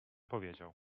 powiedział